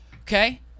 okay